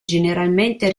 generalmente